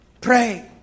pray